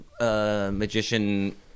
magician